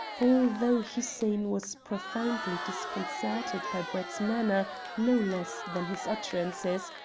although hussein was profoundly disconcerted by brett's manner no less than his utterances,